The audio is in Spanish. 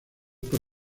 por